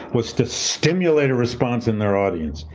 was to stimulate a response in their audience,